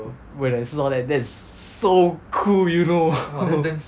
我也是 lor that that's so cool you know